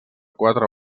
quatre